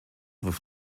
with